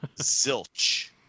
Zilch